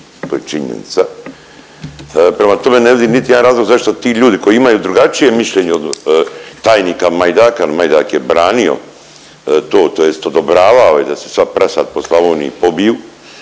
to je činjenica. Prema tome, ne vidim niti jedan razlog zašto ti ljudi koji imaju drugačije mišljenje od tajnika Majdaka jel Majdak je branio to tj. odobravao je da se sva prasad po Slavoniji pobiju